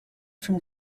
from